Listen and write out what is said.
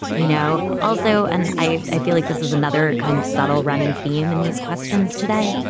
you know, also and i i feel like this is another kind of subtle running theme in these questions today.